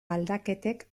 aldaketek